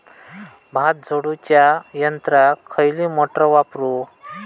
भात झोडूच्या यंत्राक खयली मोटार वापरू?